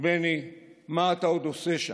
בני, מה אתה עוד עושה שם?